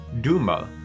Duma